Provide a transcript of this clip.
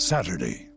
Saturday